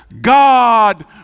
God